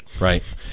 right